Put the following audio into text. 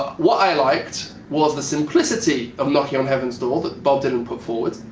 what i liked was the simplicity of knockin' on heaven's door that bob dylan put forward,